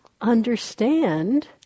understand